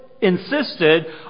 insisted